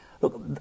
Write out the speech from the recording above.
Look